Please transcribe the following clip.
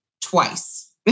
twice